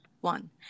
one